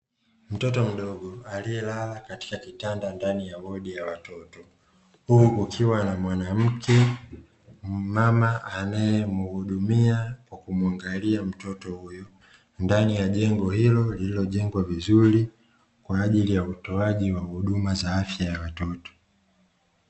Mtoto mdogo aliyelala katika kitanda ndani ya wodi ya watoto, huku ukiwa na mwanamke mama anayemwahudumia kwa kumwangalia mtoto huyo ndani ya jengo hilo lililojengwa vizuri kwa ajili ya utoaji wa huduma za afya ya watoto.